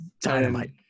Dynamite